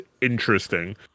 interesting